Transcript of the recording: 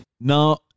now